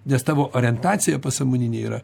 nes tavo orientacija pasąmoninė yra